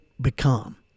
become